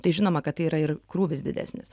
tai žinoma kad tai yra ir krūvis didesnis